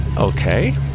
Okay